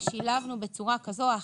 ששילבנו בצורה כזו או אחרת,